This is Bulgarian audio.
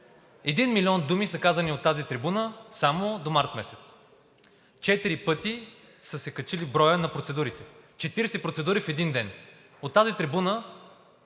Един милион думи са казани от тази трибуна само до март месец. Четири пъти се е качил броят на процедурите – 40 процедури в един ден. От тази трибуна